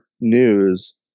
news